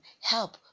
help